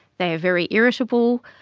they are very irritable,